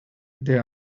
they